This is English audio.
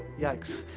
yikes.